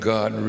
God